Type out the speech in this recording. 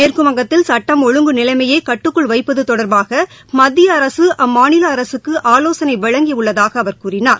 மேற்குவங்கத்தில் சுட்டம் ஒழுங்கு நிலைமையை கட்டுக்குள் வைப்பது தொடர்பாக மத்திய அரசு அம்மாநில அரசுக்கு ஆலோசனை வழங்கியுள்ளதாக அவர் கூறினார்